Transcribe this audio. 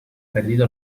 perdido